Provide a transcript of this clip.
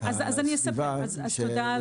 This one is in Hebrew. אז תודה על